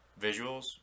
visuals